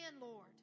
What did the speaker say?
Lord